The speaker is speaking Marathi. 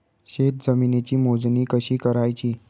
शेत जमिनीची मोजणी कशी करायची?